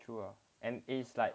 true lah and it is like